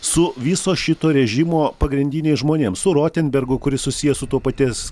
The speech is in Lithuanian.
su viso šito režimo pagrindiniais žmonėm su rotenbergu kuris susijęs su to paties